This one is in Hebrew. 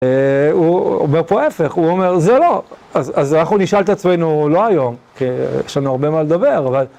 הוא אומר פה ההיפך, הוא אומר, זה לא, אז אנחנו נשאל את עצמנו לא היום, כי יש לנו הרבה מה לדבר, אבל...